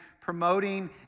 promoting